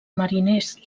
mariners